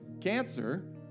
cancer